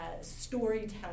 storytelling